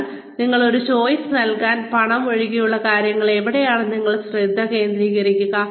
എന്നാൽ നിങ്ങൾക്ക് ഒരു ചോയ്സ് നൽകിയാൽ പണം ഒഴികെയുള്ള കാര്യങ്ങളിൽ എവിടെയാണ് നിങ്ങൾ ശ്രദ്ധ കേന്ദ്രീകരിക്കുക